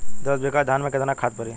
दस बिघा धान मे केतना खाद परी?